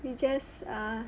we just err